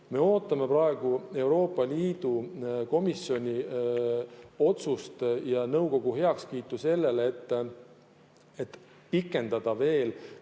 Me ootame praegu Euroopa Komisjoni otsust ja nõukogu heakskiitu sellele, et pikendada veel